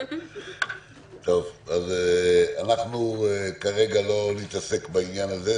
אנחנו כרגע לא נתעסק בעניין הזה,